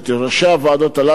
ראשי הוועדות האלה,